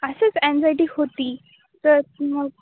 असंच एन्झायटी होती तर मग